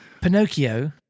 Pinocchio